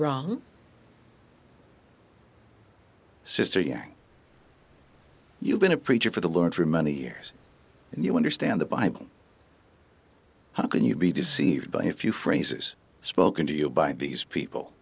wrong sister yang you've been a preacher for the lord for many years and you understand the bible how can you be deceived by a few phrases spoken to you by these people